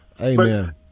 Amen